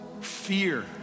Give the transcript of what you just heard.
fear